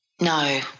No